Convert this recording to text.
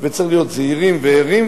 וצריך להיות זהירים וערים,